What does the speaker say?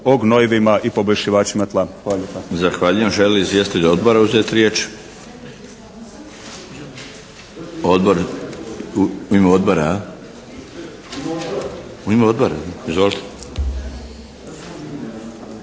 o gnojiva i poboljšivačima tla.